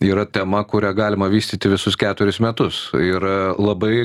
yra tema kurią galima vystyti visus keturis metus ir labai